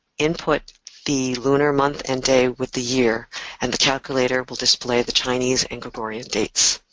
input the lunar month and day with the year and the calculator will display the chinese and gregorian dates.